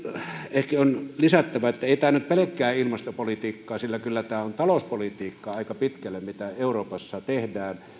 ehkä on lisättävä että ei tämä nyt pelkkää ilmastopolitiikkaa ole sillä kyllä tämä on aika pitkälle talouspolitiikkaa mitä euroopassa tehdään